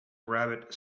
rabbit